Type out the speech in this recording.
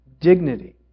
dignity